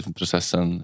processen